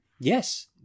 Yes